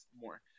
more